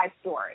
story